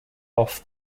off